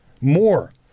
More